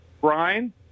Brian